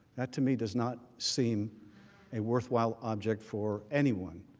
that to me does not seem a worthwhile object for anyone